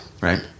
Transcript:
right